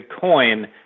coin